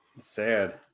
sad